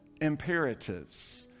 imperatives